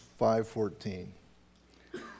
5.14